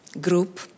group